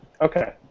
Okay